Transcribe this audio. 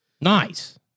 Nice